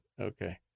Okay